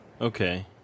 Okay